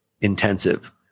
intensive